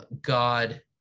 god